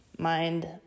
mind